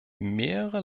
mehrere